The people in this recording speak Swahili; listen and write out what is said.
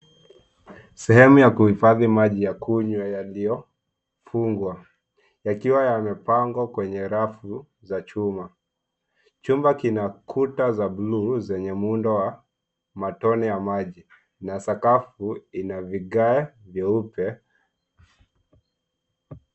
Sehemu ya kuhifadhi maji ya kunywa yaliyofungwa yakiwa yamepangwa kwenye rafu za chuma. Chumba kina kuta za bluu zenye muundo wa matone ya maji na sakafu ina vigae vyeupe.